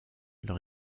leur